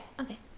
Okay